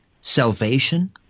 salvation